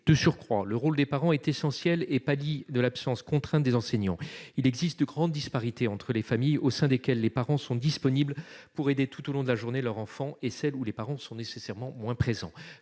De surcroît, le rôle des parents est essentiel et pallie l'absence contrainte des enseignants. Il existe de grandes disparités entre les familles au sein desquelles les parents sont disponibles pour aider tout au long de la journée leur enfant et celles où les parents sont nécessairement moins présents.